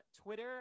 Twitter